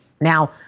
Now